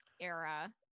era